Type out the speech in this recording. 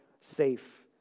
safe